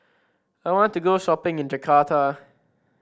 I want to go shopping in Jakarta